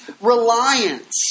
reliance